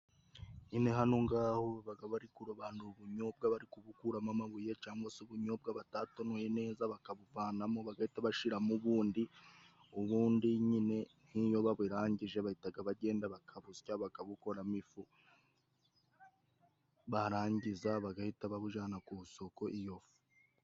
Nyine hano ngaho bari kurobanura ubunyobwa baribukuramo amabuye, cyangwa se ubunyobwa batatonoye neza, bakabuvanamo bagahita bashiramo ubundi. Ubundi nyine n'iyo baburangije bahita bagenda bakabusya, bakabukuramo ifu barangiza bagahita babujana ku isoko.